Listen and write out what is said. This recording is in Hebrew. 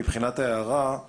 אני